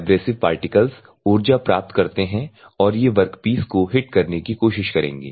abrasive particles ऊर्जा प्राप्त करते हैं और ये वर्कपीस को हिट करने की कोशिश करेंगे